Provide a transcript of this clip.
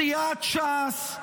סיעת ש"ס,